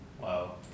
Wow